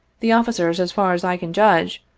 the officers, as far as i can judge,